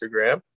Instagram